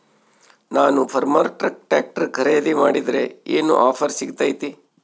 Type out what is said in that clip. ನಾನು ಫರ್ಮ್ಟ್ರಾಕ್ ಟ್ರಾಕ್ಟರ್ ಖರೇದಿ ಮಾಡಿದ್ರೆ ಏನು ಆಫರ್ ಸಿಗ್ತೈತಿ?